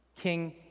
king